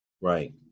Right